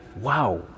wow